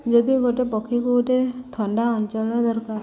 ଯଦି ଗୋଟେ ପକ୍ଷୀକୁ ଗୋଟେ ଥଣ୍ଡା ଅଞ୍ଚଲ ଦରକାର